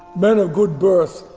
men of good birth,